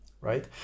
right